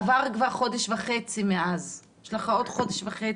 עבר כבר חודש וחצי מאז, יש לך עוד חודש וחצי.